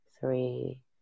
three